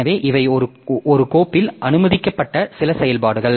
எனவே இவை ஒரு கோப்பில் அனுமதிக்கப்பட்ட சில செயல்பாடுகள்